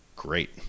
great